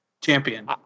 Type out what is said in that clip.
Champion